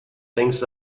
thinks